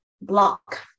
block